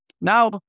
Now